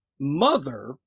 mother